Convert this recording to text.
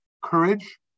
courage